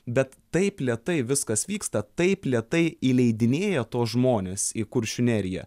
bet taip lėtai viskas vyksta taip lėtai įleidinėjo tuos žmones į kuršių neriją